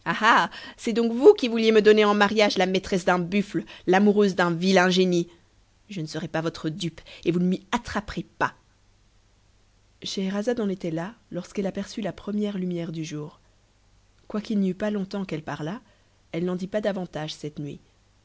c'est donc vous qui vouliez me donner en mariage la maîtresse d'un buffle l'amoureuse d'un vilain génie je ne serai pas votre dupe et vous ne m'y attraperez pas scheherazade en était là lorsqu'elle aperçut la première lumière du jour quoiqu'il n'y eût pas longtemps qu'elle parlât elle n'en dit pas davantage cette nuit